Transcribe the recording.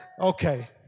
Okay